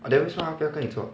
ah then 为什么她不要跟你做